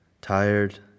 tired